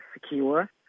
secure